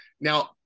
Now